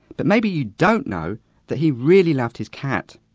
but maybe you don't know that he really loved his cat.